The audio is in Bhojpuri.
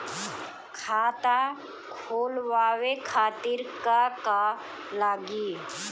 खाता खोलवाए खातिर का का लागी?